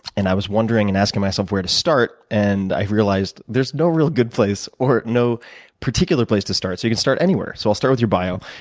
and i was wondering and asking myself where to start, and i realized, there's no real good place, or no particular place to start. so you can start anywhere. so i'll start with your bio.